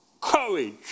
courage